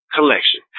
collection